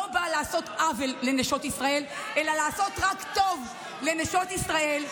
לא באה לעשות עוול לנשות ישראל אלא לעשות רק טוב לנשות ישראל,